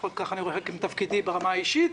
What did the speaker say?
לפחות כך אני רואה את תפקידי ברמה האישית,